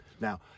Now